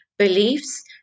beliefs